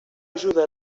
ajuda